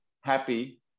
happy